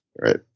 right